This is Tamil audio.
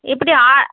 எப்படி ஆ